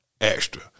extra